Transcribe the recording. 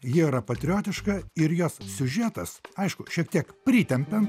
ji yra patriotiška ir jos siužetas aišku šiek tiek pritempiant